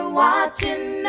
watching